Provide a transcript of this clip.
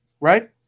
right